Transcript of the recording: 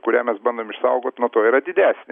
kurią mes bandom išsaugot nuo to yra didesnė